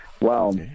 Wow